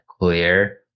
Clear